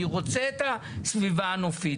אני רוצה את הסביבה הנופית,